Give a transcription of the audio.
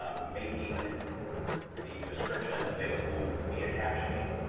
um making the description available via captioning.